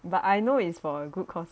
but I know is for a good cause